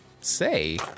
say